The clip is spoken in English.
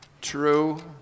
True